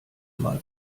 mal